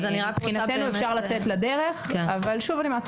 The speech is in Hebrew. מבחינתנו אפשר לצאת לדרך אבל שוב אני אומרת